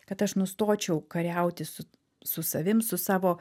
kad aš nustočiau kariauti su su savim su savo